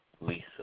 Lisa